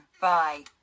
Bye